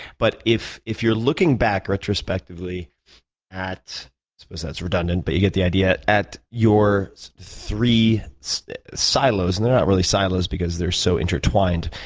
but if if you're looking back retrospectively i suppose it's redundant but you get the idea at your three so silos, and they're not really silos because they're so intertwined,